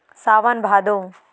सावन भादो